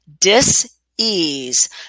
dis-ease